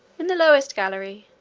in the lowest gallery,